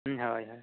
ᱦᱳᱭ ᱦᱳᱭ